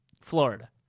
Florida